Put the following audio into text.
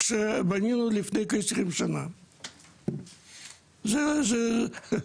כמו שבנינו לפני כעשרים שנה זה מוזר,